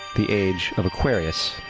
the age of aquarius.